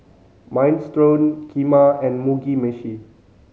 Minestrone Kheema and Mugi Meshi